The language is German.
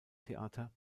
theater